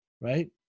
Right